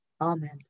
Amen